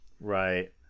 Right